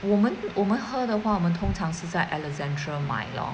我们我们喝的话我们通常是在 alexandra 买 lor